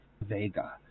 Vega